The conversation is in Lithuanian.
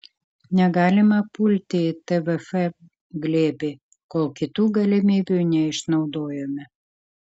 negalima pulti į tvf glėbį kol kitų galimybių neišnaudojome